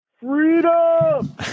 freedom